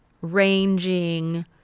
ranging